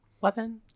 weapon